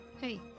Hey